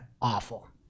awful